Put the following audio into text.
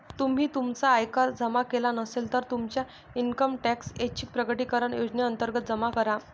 तुम्ही तुमचा आयकर जमा केला नसेल, तर तुमचा इन्कम टॅक्स ऐच्छिक प्रकटीकरण योजनेअंतर्गत जमा करा